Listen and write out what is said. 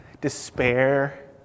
despair